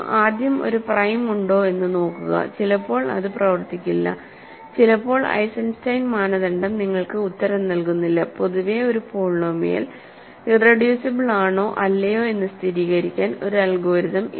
ആദ്യം ഒരു പ്രൈം ഉണ്ടോ എന്ന് നോക്കുക ചിലപ്പോൾ അത് പ്രവർത്തിക്കില്ല ചിലപ്പോൾ ഐസൻസ്റ്റൈൻ മാനദണ്ഡം നിങ്ങൾക്ക് ഉത്തരം നൽകുന്നില്ല പൊതുവേ ഒരു പോളിനോമിയൽ ഇറെഡ്യൂസിബിൾ ആണോ അല്ലയോ എന്ന് സ്ഥിരീകരിക്കാൻ ഒരു അൽഗോരിതം ഇല്ല